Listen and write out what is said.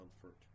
comfort